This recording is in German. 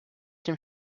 dem